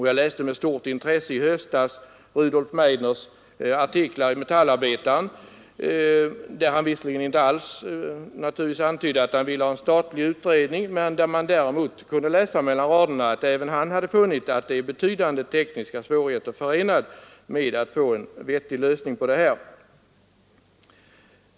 Jag läste med stort intresse Rudolf Meidners artiklar i Metallarbetaren i höstas, där han naturligtvis inte alls antydde att han ville ha en statlig utredning men där man kunde läsa mellan raderna att även han hade funnit att det är förenat med betydande tekniska svårigheter att finna en vettig lösning på problemet.